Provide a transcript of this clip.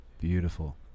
Beautiful